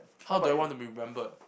how do I want to be remembered